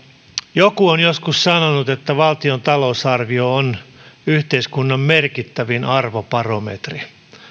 joku on joskus sanonut että valtion talousarvio on yhteiskunnan merkittävin arvobarometri